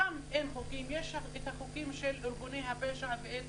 שם יש את החוקים של ארגוני הפשע ואת